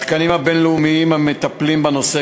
התקנים הבין-לאומיים המטפלים בנושא,